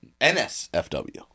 NSFW